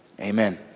Amen